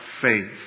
faith